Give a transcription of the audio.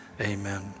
Amen